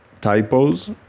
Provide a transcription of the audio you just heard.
typos